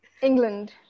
England